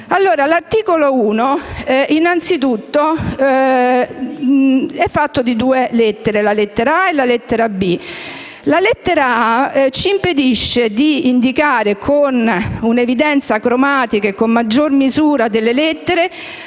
L'articolo 1 si compone di due lettere, la lettera *a)* e la lettera *b)*. La lettera *a)* ci impedisce di indicare con un'evidenza cromatica e con una maggior misura delle lettere